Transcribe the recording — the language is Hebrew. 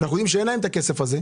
אנחנו יודעים שאין להם את הכסף הזה.